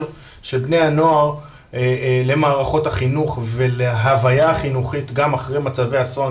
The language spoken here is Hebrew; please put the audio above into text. של בני הנוער למערכות החינוך ולהוויה החינוכית גם אחרי מצבי אסון,